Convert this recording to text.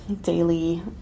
daily